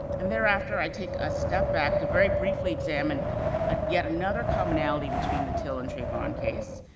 and thereafter, i take a step back to very briefly examine and yet another commonality between the till and trayvon case,